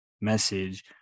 message